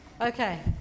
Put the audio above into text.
Okay